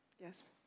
Yes